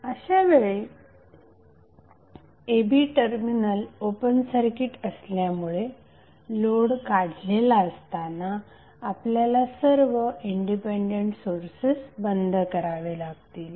अशावेळी a b terminal open circuit असल्यामुळे load काढलेला असताना आपल्याला सर्व इंडिपेंडेंट सोर्सेस बंद करावे लागतील